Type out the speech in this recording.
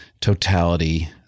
totality